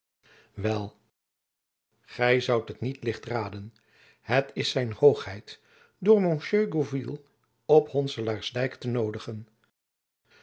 wel gy zoudt het niet licht raden het is zijn hoogheid door monsieur gourville op honselaarsdijk te noodigen